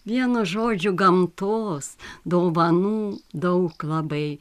vienu žodžiu gamtos dovanų daug labai